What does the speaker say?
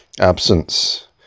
absence